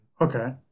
Okay